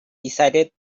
decided